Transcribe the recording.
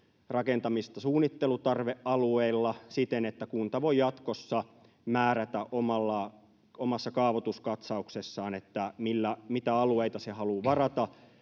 rakentamista suunnittelutarvealueilla siten, että kunta voi jatkossa määrätä omassa kaavoituskatsauksessaan, mitä alueita se haluaa varata